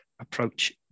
approach